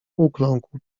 ukląkł